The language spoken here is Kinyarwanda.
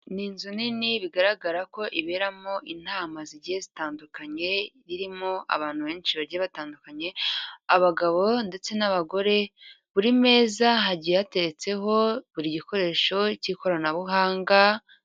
Ni inzu nini bigaragara ko iberamo inama zigiye zitandukanye, irimo abantu benshi bagiye batandukanye abagabo ndetse n'abagore, buri meza hagiye hateretseho buri gikoresho cy'ikoranabuhanga.